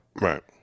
right